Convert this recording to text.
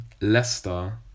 Leicester